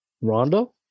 Rondo